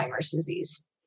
disease